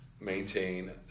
maintain